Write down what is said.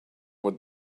would